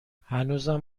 هنوزم